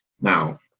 now